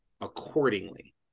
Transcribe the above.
accordingly